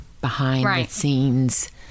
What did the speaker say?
behind-the-scenes